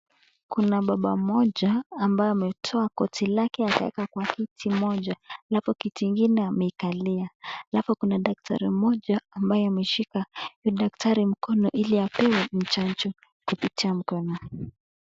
Kuna baba mmoja ambaye ametoa koti lake akaeka kwa kiti moja alafu kiti ingine ameikalia. Alafu kuna daktari mmoja ambaye ameshika huyu daktari mkono ili apewe chanjo kupitia mkono.